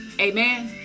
Amen